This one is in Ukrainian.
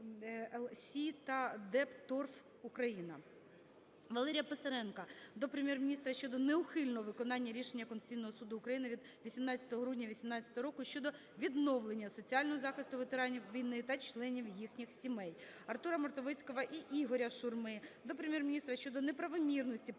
Валерія Писаренка до Прем'єр-міністра щодо неухильного виконання рішення Конституційного Суду України від 18 грудня 18-го року щодо відновлення соціального захисту ветеранів війни та членів їхніх сімей. Артура Мартовицького і Ігоря Шурми до Прем'єр-міністра щодо неправомірності перебування